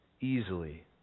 easily